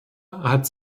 hat